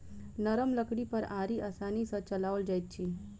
नरम लकड़ी पर आरी आसानी सॅ चलाओल जाइत अछि